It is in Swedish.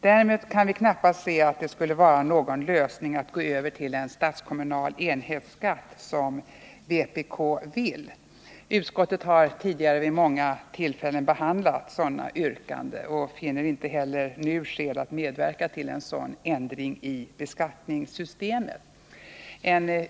Däremot kan vi knappast se att det skulle vara någon lösning att gå över till en statskommunal enhetsskatt som vpk vill. Utskottet har tidigare vid många tillfällen behandlat sådana yrkanden och finner inte heller nu skäl till att medverka till en sådan ändring i skattesystemet.